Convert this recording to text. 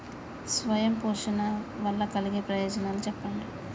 స్వయం పోషణ వల్ల కలిగే ప్రయోజనాలు చెప్పండి?